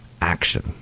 action